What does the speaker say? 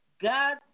God